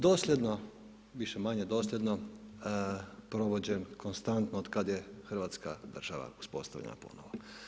Dosljedno, više-manje dosljedno provođen konstantno od kad je hrvatska država uspostavljena ponovo.